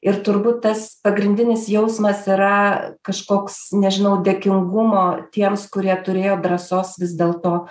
ir turbūt tas pagrindinis jausmas yra kažkoks nežinau dėkingumo tiems kurie turėjo drąsos vis dėlto